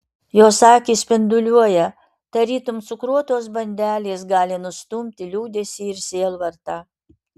jos akys spinduliuoja tarytum cukruotos bandelės gali nustumti liūdesį ir sielvartą